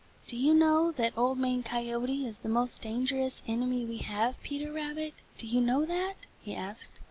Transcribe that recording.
do you know that old man coyote is the most dangerous enemy we have, peter rabbit? do you know that? he asked.